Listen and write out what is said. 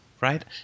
right